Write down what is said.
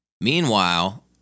Meanwhile